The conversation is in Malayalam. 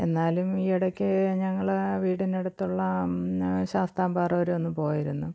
എന്നാലും ഈ ഇടയ്ക്ക് ഞങ്ങൾ വീടിനടുത്തുള്ള ശാസ്താംപാറവരെ ഒന്ന് പോയിരുന്നു